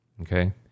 Okay